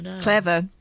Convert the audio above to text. clever